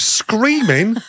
screaming